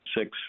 six